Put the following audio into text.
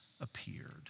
appeared